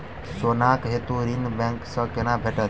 सोनाक हेतु ऋण बैंक सँ केना भेटत?